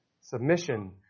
Submission